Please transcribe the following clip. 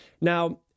now